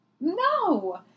no